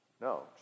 No